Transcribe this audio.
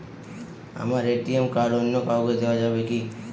আমার ATM card অন্য কাউকে দেওয়া যাবে কি?